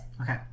Okay